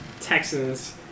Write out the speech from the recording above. Texans